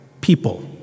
People